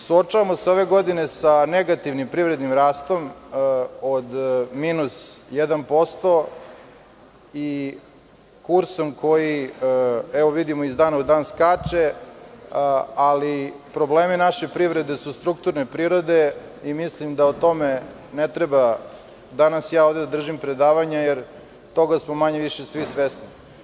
Suočavamo se ove godine sa negativnimprivrednim rastom od -1% i kursom koji, evo vidimo, iz dana u dan skače, ali problemi naše privrede su strukturne prirode i mislim da o tome ne treba danas da ja ovde držim predavanje, jer toga smo manje-više svi svesni.